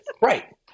Right